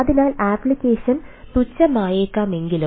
അതിനാൽ ആപ്ലിക്കേഷൻ തുച്ഛമായേക്കാമെങ്കിലും